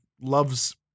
loves